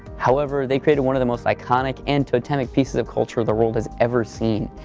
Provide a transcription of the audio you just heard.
however, they created one of the most iconic and totemic pieces of culture the world has ever seen.